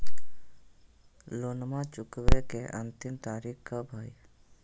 लोनमा चुकबे के अंतिम तारीख कब हय?